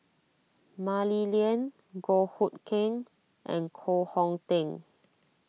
Mah Li Lian Goh Hood Keng and Koh Hong Teng